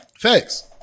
Thanks